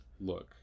Look